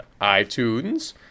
itunes